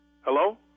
Hello